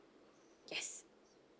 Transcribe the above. yes